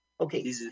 Okay